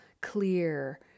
clear